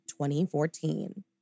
2014